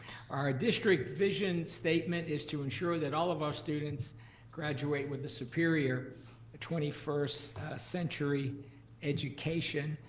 our district vision statement is to ensure that all of our students graduate with a superior twenty first century education.